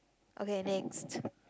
okay next